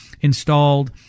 installed